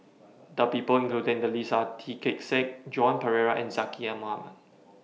The People included in The list Are Tan Kee Sek Joan Pereira and Zaqy Mohamad